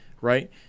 right